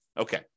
Okay